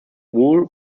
wool